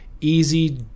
easy